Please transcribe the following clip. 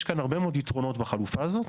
יש כאן הרבה מאוד יתרונות בחלופה הזאת.